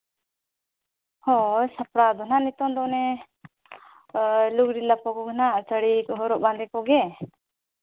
ᱦᱳᱭ ᱥᱟᱯᱲᱟᱣ ᱚ ᱱᱟᱜ ᱱᱤᱛᱳᱝ ᱫᱚ ᱚᱱᱮ ᱞᱩᱜᱽᱲᱤᱼᱞᱟᱯᱚ ᱠᱚᱜᱮ ᱱᱟᱜ ᱥᱟᱹᱲᱤ ᱦᱚᱨᱚᱜ ᱵᱟᱸᱫᱮ ᱠᱚᱜᱮ